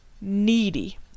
needy